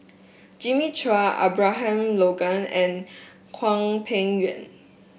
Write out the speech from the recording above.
Jimmy Chua Abraham Logan and Hwang Peng Yuan